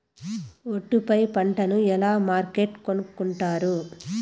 ఒట్టు పై పంటను ఎలా మార్కెట్ కొనుక్కొంటారు?